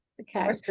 okay